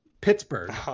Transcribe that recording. Pittsburgh